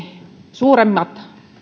suuremmat